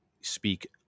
speak